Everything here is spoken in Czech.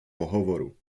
pohovoru